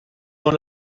dans